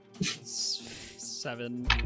Seven